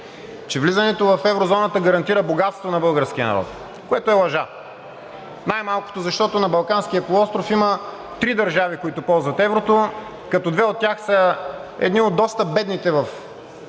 че влизането в еврозоната гарантира богатство на българския народ, което е лъжа. Най-малкото, защото на Балканския полуостров има три държави, които ползват еврото, като две от тях са едни от доста бедните в Европа,